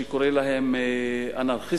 שקורא להם אנרכיסטים.